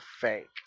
fake